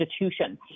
institution